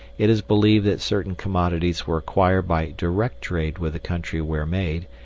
it is believed that certain commodities were acquired by direct trade with the country where made,